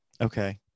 Okay